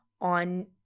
on